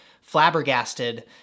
flabbergasted